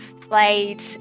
played